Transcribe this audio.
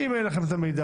אם אין לכם את המידע,